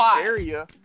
area